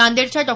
नांदेडच्या डॉ